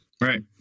Right